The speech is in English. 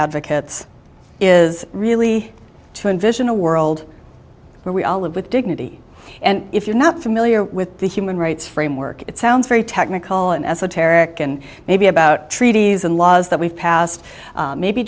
advocates is really to envision a world where we all live with dignity and if you're not familiar with the human rights framework it sounds very technical and esoteric and maybe about treaties and laws that we've passed maybe